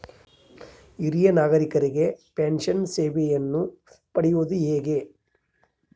ಹಿರಿಯ ನಾಗರಿಕರಿಗೆ ಪೆನ್ಷನ್ ಸೇವೆಯನ್ನು ಪಡೆಯುವುದು ಹೇಗೆ?